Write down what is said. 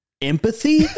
empathy